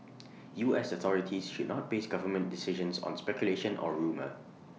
U S authorities should not base government decisions on speculation or rumour